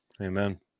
Amen